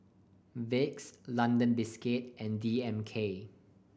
Vicks London Biscuits and D M K